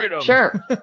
Sure